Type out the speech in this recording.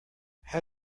how